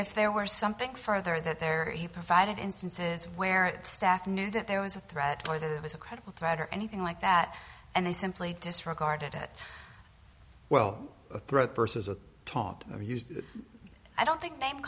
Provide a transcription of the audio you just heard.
if there were something further that there he provided instances where staff knew that there was a threat or there was a credible threat or anything like that and they simply disregarded it well a threat versus a talk of use i don't think